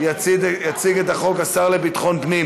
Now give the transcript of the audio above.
הצעת החוק הבאה: